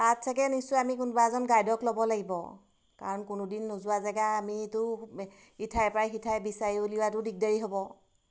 তাত ছাগৈ নিশ্চয় আমি কোনোবা এজন গাইডক ল'ব লাগিব কাৰণ কোনোদিন নোযোৱা জেগা আমিতো ইঠাইৰ পৰাই সিঠাই বিচাৰি উলিওৱাটো দিগদাৰী হ'ব